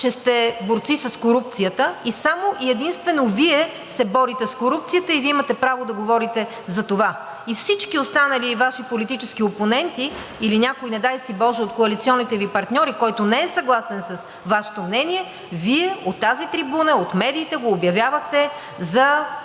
че сте борци с корупцията и само и единствено Вие се борите с корупцията, и Вие имате право да говорите за това. А всички останали Ваши политически опоненти или някой, не дай си боже, от коалиционните Ви партньори, който не е съгласен с Вашето мнение, от тази трибуна, от медиите го обявявахте за